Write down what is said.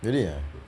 really ah